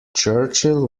churchill